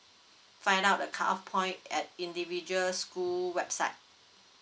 find out the cut off point at individual school website